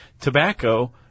tobacco